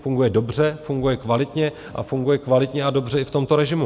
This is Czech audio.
Funguje dobře, funguje kvalitně a funguje kvalitně a dobře i v tomto režimu.